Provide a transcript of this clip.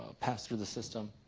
ah passed through the system